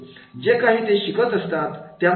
जे काही ते शिकत असतात